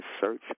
search